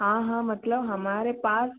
हाँ हाँ मतलब हमारे पास